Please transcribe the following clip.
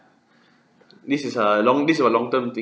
this is err long this about a long-term thinking